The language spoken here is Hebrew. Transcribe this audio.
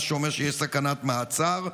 מה שאומר שיש סכנת מעצר.